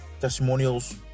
testimonials